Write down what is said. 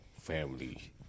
Family